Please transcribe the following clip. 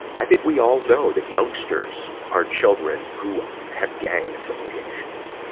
i think we all know that youngsters are children who have gang affiliations.